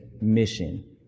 mission